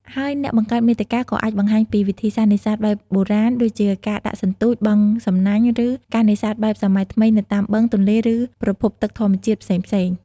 ហើយអ្នកបង្កើតមាតិកាក៏អាចបង្ហាញពីវិធីសាស្រ្តនេសាទបែបបុរាណ ដូចជាការដាក់សន្ទូច បង់សំណាញ់ ឬ ការនេសាទបែបសម័យថ្មីនៅតាមបឹង ទន្លេ ឬប្រភពទឹកធម្មជាតិផ្សេងៗ។